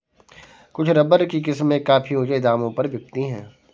कुछ रबर की किस्में काफी ऊँचे दामों पर बिकती है